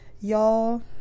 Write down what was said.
Y'all